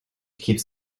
keeps